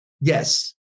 Yes